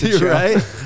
Right